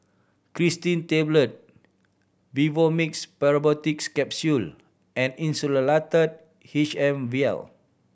Cetirizine Tablet Vivomixx Probiotics Capsule and Insulatard H M Vial